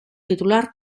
titular